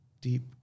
deep